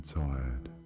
tired